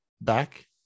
back